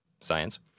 Science